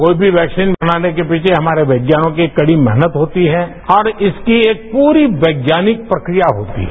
कोई भी वैकसीन बनाने के पीछे हमारे वैज्ञानिकों की कड़ी मेहनत होती है और इसकी एक पूरी वैज्ञानिक प्रक्रिया होती है